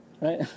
right